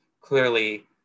clearly